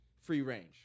free-range